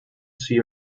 see